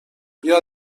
بیا